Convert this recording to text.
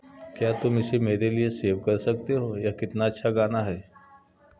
क्या तुम इसे मेरे लिए सेव कर सकते हो यह कितना अच्छा गाना है